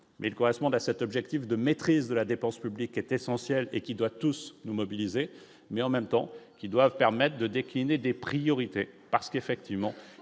mais ils correspondent à cet objectif de maîtrise de la dépense publique est essentiel et qui doit tous nous mobiliser, mais en même temps qu'doivent permettent de décliner des priorités parce qu'effectivement,